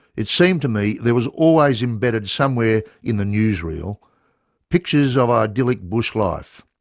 it seemed to me there was always embedded somewhere in the newsreel pictures of idyllic bush life,